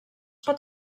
pot